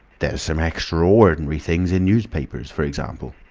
there's some extra-ordinary things in newspapers, for example,